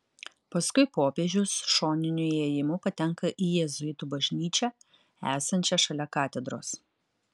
paskui popiežius šoniniu įėjimu patenka į jėzuitų bažnyčią esančią šalia katedros